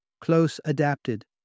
close-adapted